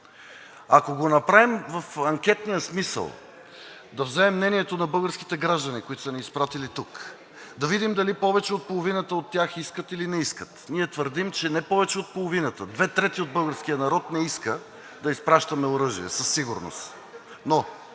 Ако го направим в анкетния смисъл – да вземем мнението на българските граждани, които са ни изпратили тук, да видим дали повече от половината от тях искат, или не искат? Ние твърдим, че не повече от половината – две трети от българския народ не иска да изпращаме оръжия със сигурност.